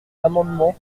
l’amendement